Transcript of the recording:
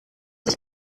sich